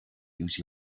use